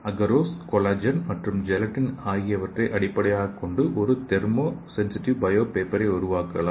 agarose collagen மற்றும் gelatin ஆகியவற்றை அடிப்படையாகக் கொண்டு ஒரு தெர்மோ சென்சிடிவ் பயோ பேப்பரை உருவாக்கலாம்